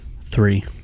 Three